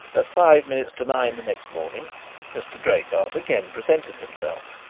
at five minutes to nine the next morning mr. draycott again presented himself.